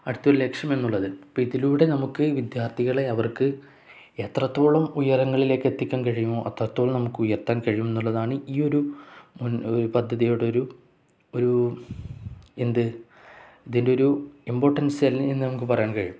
അടുത്ത ഒരു ലക്ഷ്യം എന്നുള്ളത് ഇപ്പം ഇതിലൂടെ നമുക്ക് വിദ്യാർത്ഥികളെ അവർക്ക് എത്രത്തോളം ഉയരങ്ങളിലേക്ക് എത്തിക്കാൻ കഴിയുമോ അത്രത്തോളം നമുക്ക് ഉയർത്താൻ കഴിയും എന്നുള്ളതാണ് ഈ ഒരു മുൻ ഒരു പദ്ധതിയുടെ ഒരു ഒരു എന്ത് ഇതിൻ്റെ ഒരു ഇമ്പോർട്ടൻസ് ഇനിയും എന്ന് നമുക്ക് പറയാൻ കഴിയും